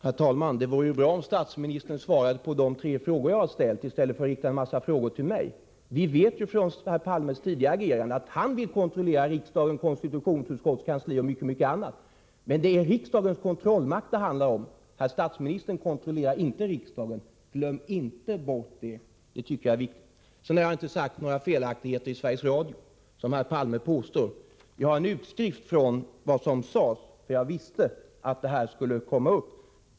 Herr talman! Det vore bra om statsministern svarade på de tre frågor som jag har ställt, i stället för att rikta en mängd frågor till mig. Vi vet från herr Palmes tidigare agerande att han vill kontrollera riksdagen, konstitutionsutskottets kansli och mycket annat. Men det är riksdagens kontrollmakt som det handlar om. Herr statsministern kontrollerar inte riksdagen. Glöm inte bort det! Det är viktigt. Jag har inte sagt några felaktigheter i Sveriges Radio, som herr Palme påstår. Jag har en utskrift från vad som sades, eftersom jag visste att detta skulle komma upp.